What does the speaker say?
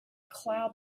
cloud